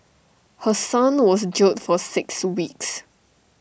her son was jailed for six weeks